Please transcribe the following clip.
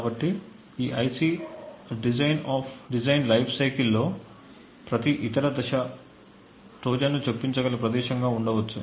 కాబట్టి ఈ IC design life cycle లో ప్రతి ఇతర దశ ట్రోజన్ను చొప్పించగల ప్రదేశంగా ఉండవచ్చు